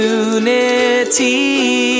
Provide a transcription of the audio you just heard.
unity